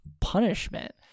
punishment